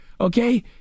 Okay